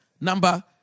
number